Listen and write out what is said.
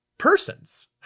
persons